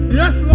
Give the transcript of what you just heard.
yes